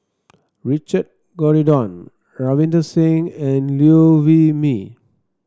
Richard Corridon Ravinder Singh and Liew Wee Mee